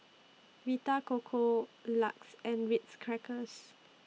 Vita Coco LUX and Ritz Crackers